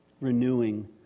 renewing